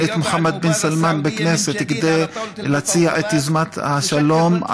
את מוחמד בן סלמאן לכנסת כדי להציע את יוזמת השלום.